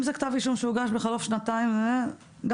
אם זה כתב אישום שהוגש בחלוף שנתיים שגם